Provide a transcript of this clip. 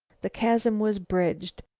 the chasm was bridged.